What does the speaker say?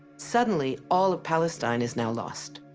suddenly all of palestine is now lost.